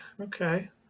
okay